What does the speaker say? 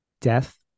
death